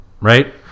right